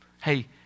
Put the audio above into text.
Hey